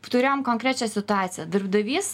turėjom konkrečią situaciją darbdavys